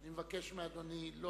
אני מבקש מאדוני לא